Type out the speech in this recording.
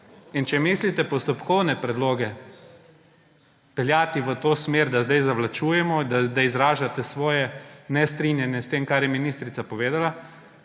Če mislite postopkovne predloge peljati v to smer, da zdaj zavlačujemo, da izražate svoje nestrinjanje s tem, kar je ministrica povedala,